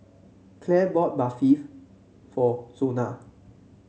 Clare bought Barfi for Zona